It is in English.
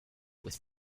with